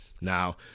now